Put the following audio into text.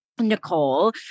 Nicole